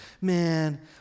Man